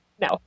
No